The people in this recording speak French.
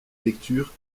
lecture